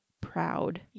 proud